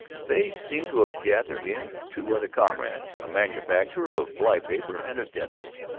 they seemed to have gathered in two other comrades a manufacturer of fly-paper and a dentist.